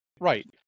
Right